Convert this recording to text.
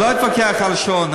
אני לא אתווכח על השעון,